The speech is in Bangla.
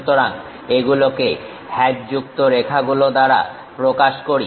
সুতরাং এগুলোকে হ্যাচযুক্ত রেখা গুলো দ্বারা প্রকাশ করি